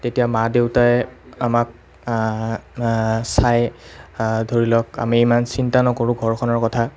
তেতিয়া মা দেউতাই আমাক চায় ধৰি লওক আমি ইমান চিন্তা নকৰোঁ ঘৰখনৰ কথা